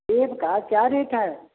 सेब का क्या रेट है